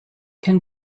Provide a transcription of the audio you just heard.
can